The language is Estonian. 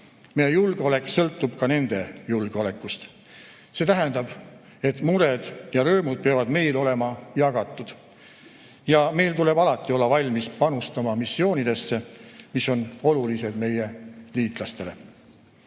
Meie julgeolek sõltub ka nende julgeolekust. See tähendab, et mured ja rõõmud peavad meil olema jagatud. Ja meil tuleb alati olla valmis panustama missioonidesse, mis on olulised meie liitlastele.